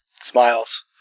Smiles